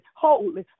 holy